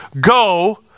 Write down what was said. go